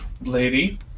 lady